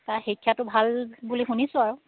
তাৰ শিক্ষাটো ভাল বুলি শুনিছোঁ আৰু